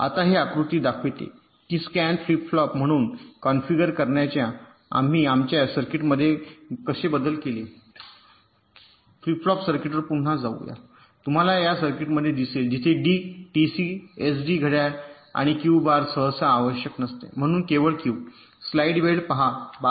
आता हे आकृती दाखवते की स्कॅन फ्लिप म्हणून कॉन्फिगर करण्यासाठी आम्ही आमच्या सर्किटमध्ये बदल कसे केले फ्लॉप या सर्किटवर पुन्हा जाऊया तुम्हाला हा सर्किट दिसेल जिथे D TC एसडी घड्याळ आणि क्यू बार सहसा आवश्यक नसते म्हणून केवळ Q